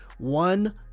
one